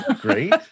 Great